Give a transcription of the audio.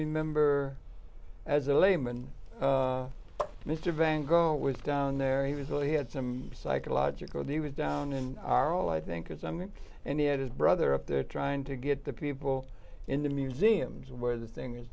remember as a layman mr van gogh was down there he was ill he had some psychological he was down and are all i think is i mean and he had his brother up there trying to get the people in the museums where the thing is